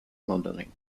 modelling